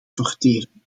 sorteren